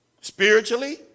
spiritually